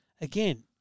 again